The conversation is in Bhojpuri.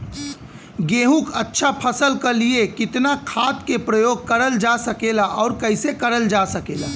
गेहूँक अच्छा फसल क लिए कितना खाद के प्रयोग करल जा सकेला और कैसे करल जा सकेला?